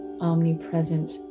omnipresent